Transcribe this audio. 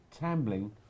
Tambling